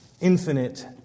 infinite